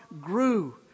grew